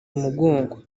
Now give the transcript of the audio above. umugongo